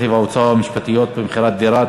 (רכיב ההוצאות המשפטיות במכירת דירה),